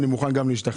אני מוכן גם להשתכנע.